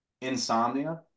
Insomnia